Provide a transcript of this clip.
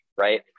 right